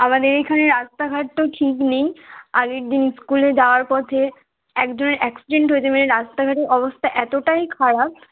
আমাদের এইখানে রাস্তাঘাট তো ঠিক নেই আগের দিন স্কুলে যাওয়ার পথে একজনের অ্যাক্সিডেন্ট হয়েছে মানে রাস্তাঘাটের অবস্থা এতোটাই খারাপ